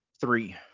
Three